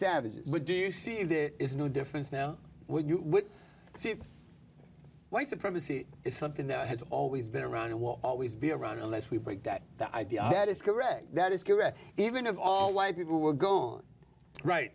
savages would do you see there is no difference now when you would see white supremacy is something that has always been around and will always be around unless we break that the idea that is correct that is correct even of all white people will go on right